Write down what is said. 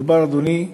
מדובר, אדוני,